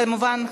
כמובן,